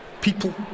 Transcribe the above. People